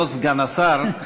לא סגן השר,